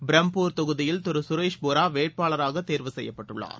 பிரம்பூர் தொகுதியில் திரு சுரேஷ் போரா வேட்பாளராக தேர்வு செய்யப்பட்டுள்ளார்